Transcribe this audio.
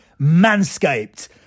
Manscaped